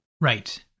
Right